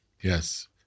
Yes